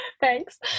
thanks